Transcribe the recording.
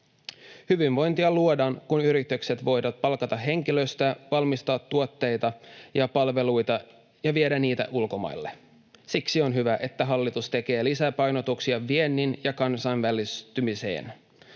Hyvinvointia luodaan, kun yritykset voivat palkata henkilöstöä, valmistaa tuotteita ja palveluita ja viedä niitä ulkomaille. Siksi on hyvä, että hallitus tekee lisäpainotuksia vientiin ja kansainvälistymiseen,